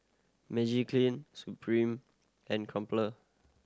Magiclean Supreme and Crumpler